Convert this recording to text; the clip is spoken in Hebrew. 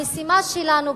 המשימה שלנו פה,